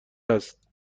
است